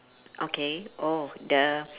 okay oh the